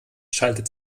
schaltet